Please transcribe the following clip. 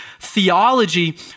theology